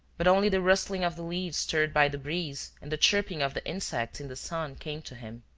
but only the rustling of the leaves stirred by the breeze and the chirping of the insects in the sun came to him.